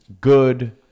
good